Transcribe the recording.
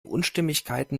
unstimmigkeiten